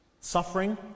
Suffering